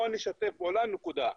לא נשתף פעולה, נקודה.